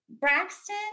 Braxton